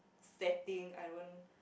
setting I don't